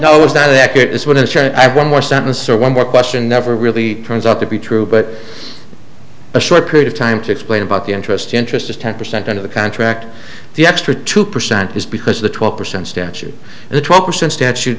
that accurate is when i have one more sentence or one more question never really turns out to be true but a short period of time to explain about the interest interest is ten percent of the contract the extra two percent is because of the twelve percent statute and the twelve percent statute